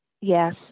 Yes